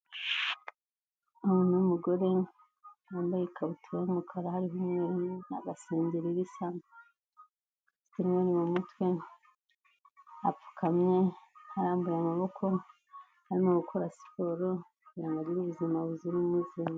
Umuntu w'umugore wambaye ikabutura y'umukara hariho umweru na gasengeri bisa, umweru mu mutwe, apfukamye arambuye amaboko ari gukora siporo kugira ngo agire ubuzima buzira umuze.